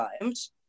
times